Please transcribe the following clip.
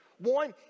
One